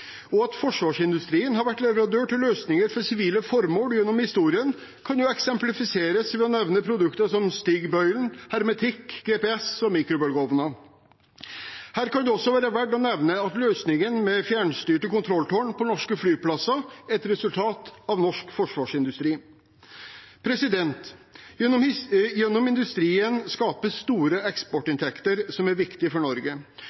formål gjennom historien, kan eksemplifiseres ved å nevne produkter som stigbøylen, hermetikk, GPS og mikrobølgeovner. Her kan det også være verdt å nevne at løsningen med fjernstyrte kontrolltårn på norske flyplasser er et resultat av norsk forsvarsindustri. Gjennom industrien skapes store eksportinntekter som er viktige for Norge,